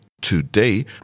Today